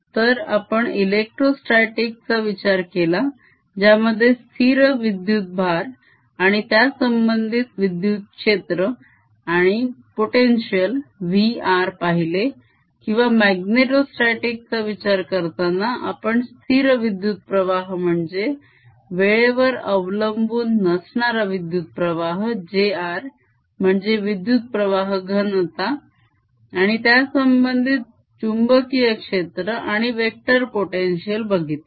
तर आपण इलेक्ट्रोस्त्याटीक चा विचार केला ज्यामध्ये स्थिर विद्युतभार आणि त्यासंबंधित विद्युत क्षेत्र आणि पोटेन्शीअल v r पाहिले किंवा माग्नेटोस्ताटीक चा विचार करताना आपण स्थिर विद्युत्प्रवाह म्हणजे वेळेवर अवलंबून नसणारा विद्युत प्रवाह j r म्हणजे विद्युत्प्रवाह घनता आणि त्यासंबंधीत चुंबकीय क्षेत्र आणि वेक्टर पोटेन्शिअल बघितले